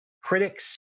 critics